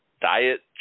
diet